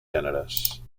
gèneres